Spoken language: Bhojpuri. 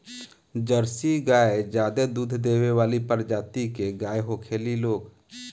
जर्सी गाय ज्यादे दूध देवे वाली प्रजाति के गाय होखेली लोग